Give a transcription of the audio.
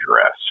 address